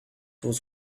was